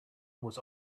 was